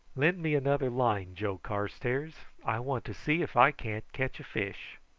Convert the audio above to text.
lend me another line, joe carstairs. i want to see if i can't catch a fish.